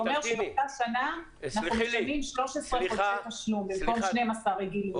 זה אומר שבאותה שנה אנחנו משלמים 13 חודשי תשלום במקום 12 רגילים.